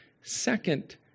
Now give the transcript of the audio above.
second